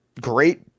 great